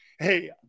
Hey